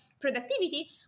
productivity